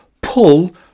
pull